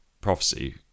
prophecy